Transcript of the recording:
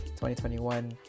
2021